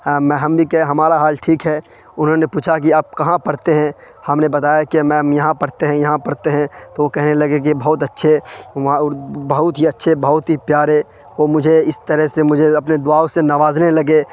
ہاں میں ہم بھی کہے ہمارا حال ٹھیک ہے انہوں نے پوچھا کہ آپ کہاں پڑھتے ہیں ہم نے بتایا کہ میم یہاں پڑھتے ہیں یہاں پڑھتے ہیں تو وہ کہنے لگے کہ بہت اچھے وہاں بہت ہی اچھے بہت ہی پیارے وہ مجھے اس طرح سے مجھے اپنے دعاؤں سے نوازنے لگے